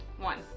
one